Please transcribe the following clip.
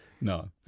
No